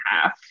half